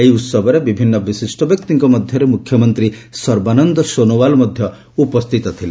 ଏହି ଉତ୍ସବରେ ବିଭିନ୍ନ ବିଶିଷ୍ଟ ବ୍ୟକ୍ତିଙ୍କ ସମେତ ମୁଖ୍ୟମନ୍ତ୍ରୀ ସର୍ବାନନ୍ଦ ସୋନୋୱାଲ୍ ମଧ୍ୟ ଉପସ୍ଥିତ ଥିଲେ